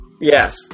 Yes